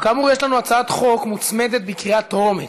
כאמור, יש לנו הצעת חוק מוצמדת בקריאה טרומית.